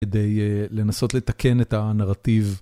כדי לנסות לתקן את הנרטיב.